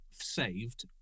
saved